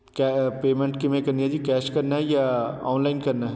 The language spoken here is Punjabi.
ਪੇਮੈਂਟ ਕਿਵੇਂ ਕਰਨੀ ਹੈ ਜੀ ਕੈਸ਼ ਕਰਨਾ ਹੈ ਜਾਂ ਔਨਲਾਈਨ ਕਰਨਾ